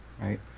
right